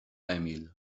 emil